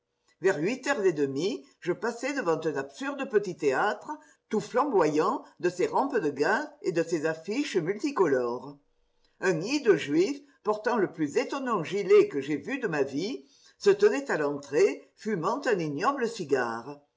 vers huit heures et demie je passai devant un absurde petit théâtre tout flamboyant de ses rampes de gaz et de ses affiches multicolores un hideux juif portant le plus étonnant gilet que j'aie vu de ma vie se tenait à l'entrée fumant un ignoble cigare